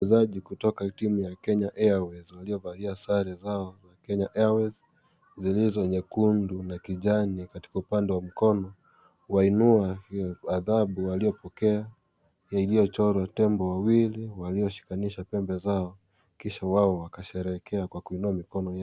Wachezaji kutoka timu ya Kenya Airways waliovalia sare zao za Kenya Airways zilizo nyekundu na kijani katika upande wa mkono wainua gadhabu waliopokea iliyochorwa tembo wawili waliyoshikanisha pembe zao kisha wao wakasherehekea kwa kuinua mikono yao.